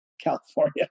California